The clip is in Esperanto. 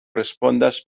respondas